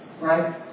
Right